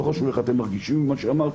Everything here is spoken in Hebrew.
לא חשוב איך אתם מרגישים עם מה שאמרתי,